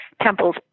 Temple's